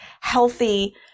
healthy